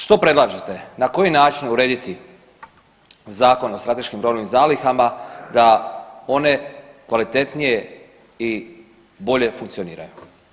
Što predlažete, na koji način urediti Zakon o strateškim robnim zalihama da one kvalitetnije i bolje funkcioniraju.